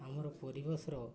ଆମର ପରିବେଶର